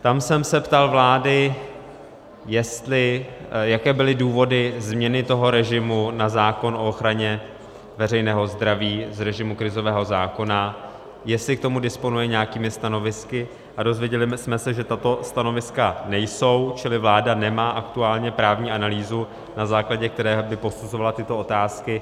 Tam jsem se ptal vlády, jaké byly důvody změny režimu na zákon o ochraně veřejného zdraví z režimu krizového zákona, jestli k tomu disponuje nějakými stanovisky, a dozvěděli bychom se, že tato stanoviska nejsou, čili vláda nemá aktuálně právní analýzu, na základě které by posuzovala tyto otázky.